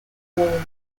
war